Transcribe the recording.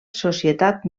societat